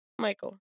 Michael